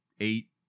eight